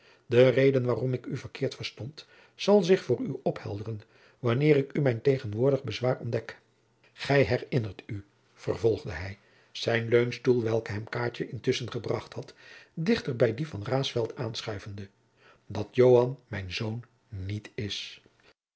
de reden waarom ik u verkeerd verstond zal zich voor u ophelderen wanneer ik u mijn tegenwoordig bezwaar ontdek gij herinnert u vervolgde hij zijn leunstoel welken hem kaatje intusschen gebracht had dichter bij dien van raesfelt aanschuivende dat joan mijn zoon niet is